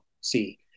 see